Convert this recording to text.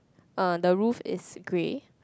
uh the roof is grey